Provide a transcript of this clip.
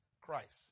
Christ